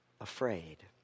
afraid